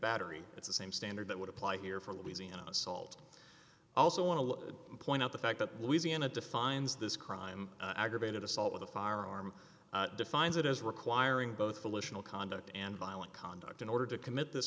battery it's the same standard that would apply here for louisiana assault also want to point out the fact that louisiana defines this crime aggravated assault with a firearm defines it as requiring both delusional conduct and violent conduct in order to commit th